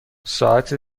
ساعت